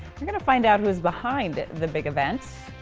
find out who's behind the big event.